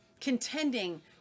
contending